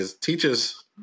teachers